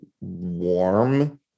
warm